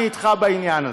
אני איתך בעניין הזה.